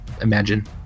imagine